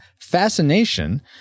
Fascination